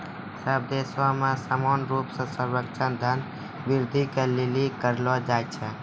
सब देश मे समान रूप से सर्वेक्षण धन वृद्धि के लिली करलो जाय छै